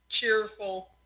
cheerful